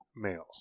males